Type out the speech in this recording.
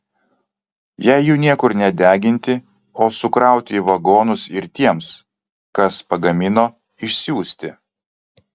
jei jų niekur nedeginti o sukrauti į vagonus ir tiems kas pagamino išsiųsti